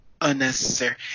unnecessary